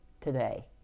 today